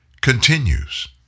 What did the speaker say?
continues